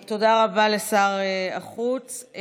תודה רבה לשר החוץ.